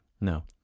no